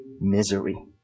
misery